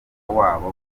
wabo